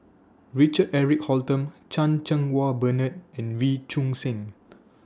Richard Eric Holttum Chan Cheng Wah Bernard and Wee Choon Seng